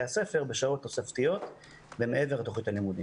הספר בשעות תוספתיות ומעבר לתוכנית הלימודים.